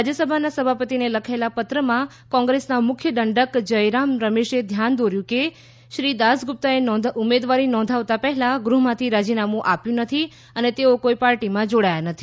રાજ્યસભાના સભાપતિને લખેલા પત્રમાં કોંગ્રેસના મુખ્ય દંડક જયરામ રમેશે ધ્યાન દોર્યું કે શ્રી દાસગુપ્તાએ ઉમેદવારી નોધાવતા પહેલાં ગૃહમાંથી રાજીનામું આપ્યું નથી અને તેઓ કોઈ પાર્ટીમાં જોડાયા નથી